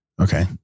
Okay